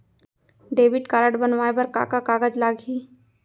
Debit card बनवाये बर का का कागज लागही?